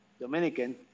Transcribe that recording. Dominican